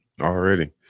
Already